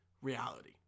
reality